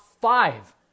five